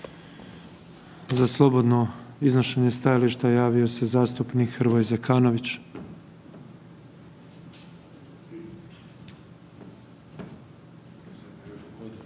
Za slobodno iznošenje stajališta javio se zastupnik Hrvoje Zekanović.